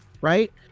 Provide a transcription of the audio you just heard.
right